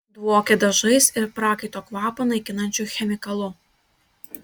dvokė dažais ir prakaito kvapą naikinančiu chemikalu